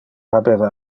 habeva